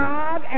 God